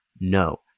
No